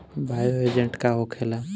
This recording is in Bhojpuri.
बायो एजेंट का होखेला?